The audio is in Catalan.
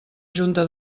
junta